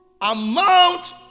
amount